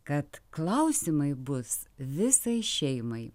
kad klausimai bus visai šeimai